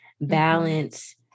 balance